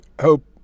hope